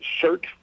search